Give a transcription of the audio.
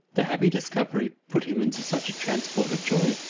the happy discovery put him into such a transport of joy,